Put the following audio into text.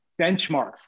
benchmarks